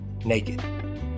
Naked